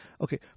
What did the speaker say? Okay